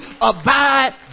abide